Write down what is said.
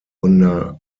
under